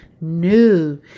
new